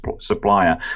supplier